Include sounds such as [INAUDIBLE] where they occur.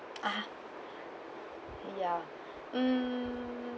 ah [BREATH] ya [BREATH] mm